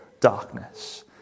darkness